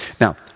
Now